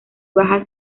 bajas